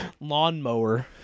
lawnmower